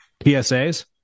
PSAs